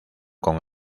con